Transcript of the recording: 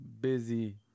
busy